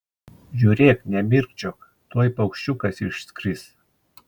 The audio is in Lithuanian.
žiūrėk nemirkčiok tuoj paukščiukas išskris